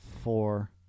four